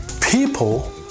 people